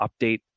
update